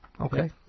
Okay